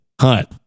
Hunt